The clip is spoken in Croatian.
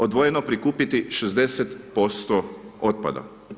Odvojeno prikupiti 60% otpada.